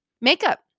makeup